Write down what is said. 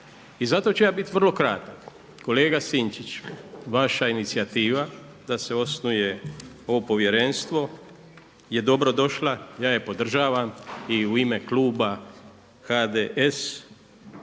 I zato ću ja biti vrlo kratak, kolega Sinčić, vaša inicijativa da se osnuje ovo povjerenstvo je dobro došla, ja je podržavam i u ime kluba HDS,